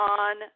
on